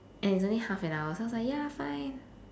and it's only half an hour so I was like ya fine